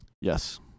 Yes